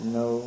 no